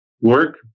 work